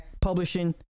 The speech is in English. publishing